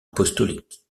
apostolique